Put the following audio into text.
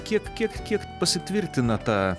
kiek kiek kiek pasitvirtina ta